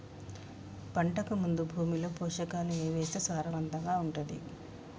పంటకు ముందు భూమిలో పోషకాలు ఏవి వేస్తే సారవంతంగా ఉంటది?